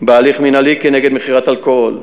בהליך מינהלי כנגד מכירת אלכוהול,